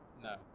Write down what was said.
No